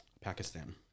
Pakistan